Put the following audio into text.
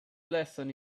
lesson